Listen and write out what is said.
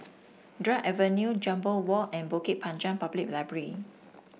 Drake Avenue Jambol Walk and Bukit Panjang Public Library